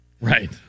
Right